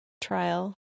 trial